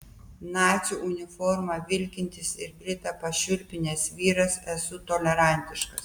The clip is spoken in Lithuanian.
nacių uniforma vilkintis ir britą pašiurpinęs vyras esu tolerantiškas